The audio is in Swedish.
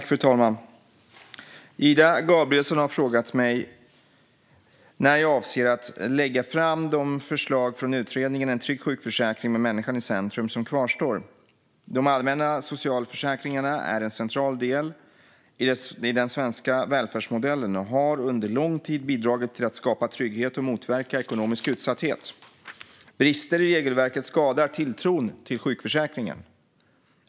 Fru talman! Ida Gabrielsson har frågat mig när jag avser att lägga fram de förslag från Utredningen En trygg sjukförsäkring med människan i centrum som kvarstår. De allmänna socialförsäkringarna är en central del i den svenska välfärdsmodellen och har under lång tid bidragit till att skapa trygghet och motverka ekonomisk utsatthet. Brister i regelverket skadar tilltron till sjukförsäkringen.